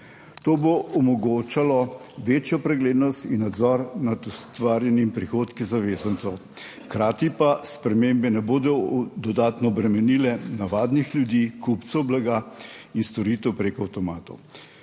To bo omogočalo večjo preglednost in nadzor nad ustvarjenimi prihodki zavezancev, hkrati pa spremembe ne bodo dodatno obremenile navadnih ljudi, kupcev blaga in storitev preko avtomatov.